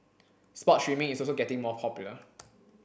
sports streaming is also getting more popular